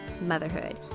motherhood